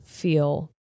feel